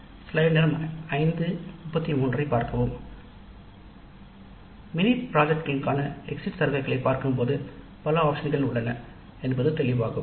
exit survey கான mini ப்ராஜெக்ட்களை பார்க்கும்போது பல ஆப்ஷன்கள் உள்ளன என்பது தெளிவாகும்